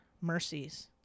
mercies